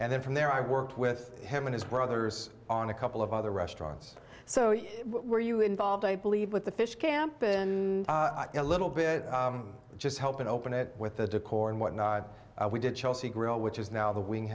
and then from there i worked with him and his brothers on a couple of other restaurants so you were you involved i believe with the fish camp and a little bit just helping open it with the decor and whatnot we did chelsea grill which is now the wing